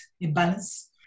imbalance